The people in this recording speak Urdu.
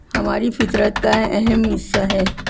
ہماری فطرت کا اہم حصہ ہے